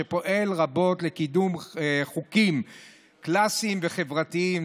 שפועל רבות לקידום חוקים קלאסיים וחברתיים.